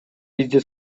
бизди